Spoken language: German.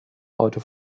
auto